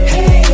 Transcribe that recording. Hey